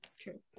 True